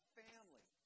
family